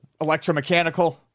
electromechanical